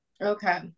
Okay